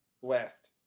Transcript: west